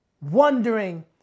wondering